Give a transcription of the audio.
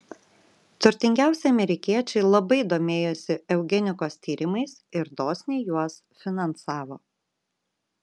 turtingiausi amerikiečiai labai domėjosi eugenikos tyrimais ir dosniai juos finansavo